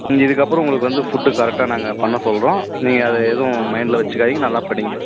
ம் இதுக்கு அப்புறம் உங்களுக்கு வந்து ஃபுட்டு கரெக்டாக நாங்கள் பண்ண சொல்கிறோம் நீங்கள் அதை எதுவும் மைண்டில் வச்சிக்காதிங்க நல்லாப் படிங்க